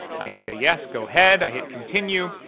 i say yes go ahead, i hit continue.